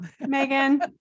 Megan